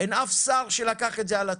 אין אף שר שלקח את זה על עצמו.